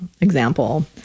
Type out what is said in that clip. example